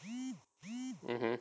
mmhmm